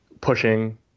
pushing